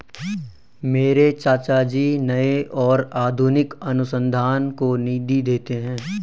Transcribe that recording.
मेरे चाचा जी नए और आधुनिक अनुसंधान को निधि देते हैं